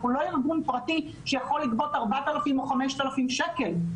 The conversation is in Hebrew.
אנחנו לא ארגון פרטי שיכול לגבות 4,000 או 5,000 שקל.